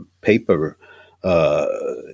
paper